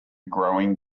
growing